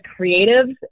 creatives